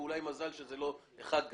ואולי מזל שזה לא רק אחד גדול,